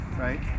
Right